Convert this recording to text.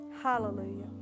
Hallelujah